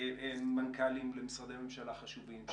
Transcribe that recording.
מנכ"לים למשרדי ממשלה חשובים,